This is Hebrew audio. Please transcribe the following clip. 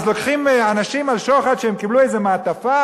אז לוקחים אנשים על שוחד שהם קיבלו איזו מעטפה?